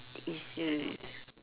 is u~